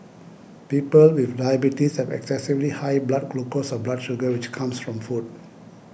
people with diabetes have excessively high blood glucose or blood sugar which comes from food